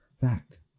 fact